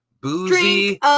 boozy-